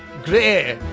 gray,